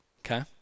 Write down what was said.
okay